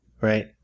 right